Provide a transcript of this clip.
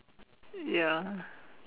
ya